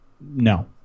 No